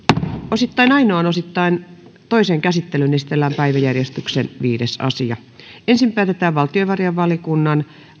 osittain ainoaan osittain toiseen käsittelyyn esitellään päiväjärjestyksen viides asia ensin päätetään valtiovarainvaliokunnan